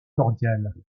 cordiales